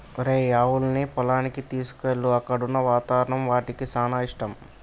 ఒరేయ్ ఆవులన్నీ పొలానికి తీసుకువెళ్ళు అక్కడున్న వాతావరణం వాటికి సానా ఇష్టం